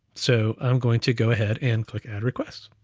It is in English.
so i'm going to go ahead, and click add requests.